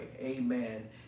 Amen